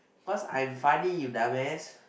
because I'm funny you dumb ass